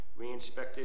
Reinspected